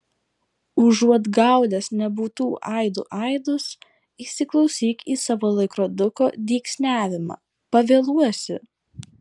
užuot gaudęs nebūtų aidų aidus įsiklausyk į savo laikroduko dygsniavimą pavėluosi